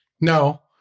No